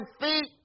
feet